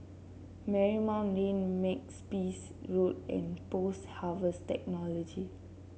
Marymount Lane Makepeace Road and Post Harvest Technology